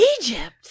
Egypt